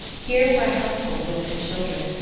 here were a houseful of women and children,